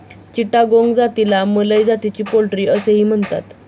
चिटागोंग जातीला मलय जातीची पोल्ट्री असेही म्हणतात